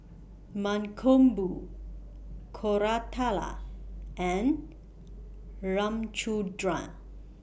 Mankombu Koratala and Ramchundra